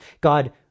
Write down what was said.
God